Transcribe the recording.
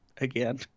Again